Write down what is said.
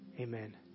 Amen